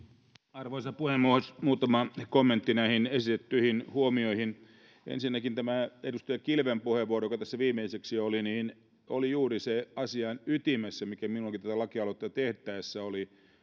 arvoisa puhemies muutama kommentti näihin esitettyihin huomioihin ensinnäkin tämä edustaja kilven puheenvuoro joka tässä viimeiseksi oli oli juuri sen asian ytimessä mikä minullakin tätä lakialoitetta tehtäessä oli